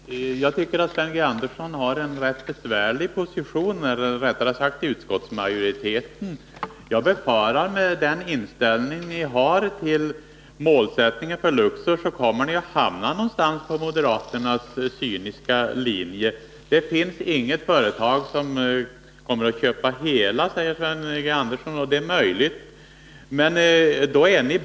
Fru talman! Jag tycker att Sven Andersson, eller rättare sagt utskottsmajoriteten, har en rätt besvärlig position. Jag befarar att ni med den inställning ni har till Luxor kommer att hamna någonstans på moderaternas cyniska linje. Det finns inget företag som kommer att köpa hela Luxor, säger Sven Andersson. Och det är möjligt att det förhåller sig så.